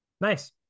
Nice